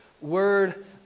Word